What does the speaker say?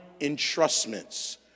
entrustments